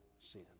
sin